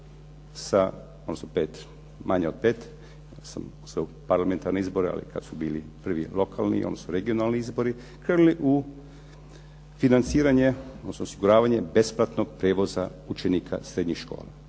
odnosno 5, manje od 5, onda parlamentarni izbori ali kada su bili prvi lokalni, odnosno regionalni izbori, krenuli u financiranje, odnosno osiguravanje besplatnog prijevoza učenika srednjih škola.